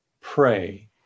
pray